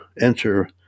enter